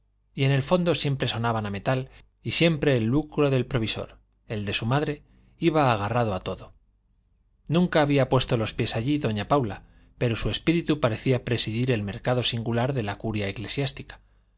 y en el fondo siempre sonaban a metal y siempre el lucro del provisor el de su madre iba agarrado a todo nunca había puesto los pies allí doña paula pero su espíritu parecía presidir el mercado singular de la curia eclesiástica